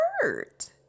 hurt